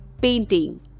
painting